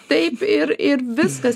taip ir ir viskas